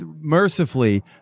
mercifully